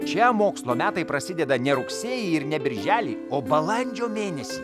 čia mokslo metai prasideda ne rugsėjį ir ne birželį o balandžio mėnesį